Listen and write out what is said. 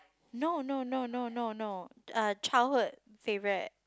no no no no no no eh childhood favourite